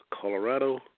Colorado